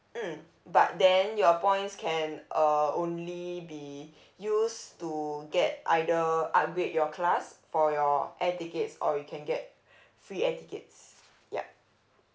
mm but then your points can uh only be used to get either upgrade your class for your air tickets or you can get free air tickets ya